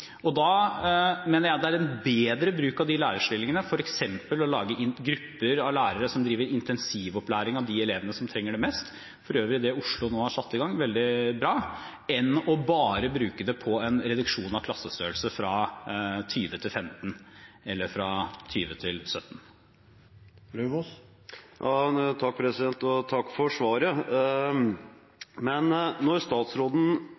Da mener jeg at det er en bedre bruk av de lærerstillingene f.eks. å lage grupper av lærere som driver intensivopplæring av de elevene som trenger det mest – for øvrig det Oslo nå har satt i gang, veldig bra – enn bare å bruke det på en reduksjon av klassestørrelse fra 20 til 15 eller fra 20 til 17. Takk for svaret. Men statsråden selv står bak et opplegg for